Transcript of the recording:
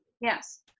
Yes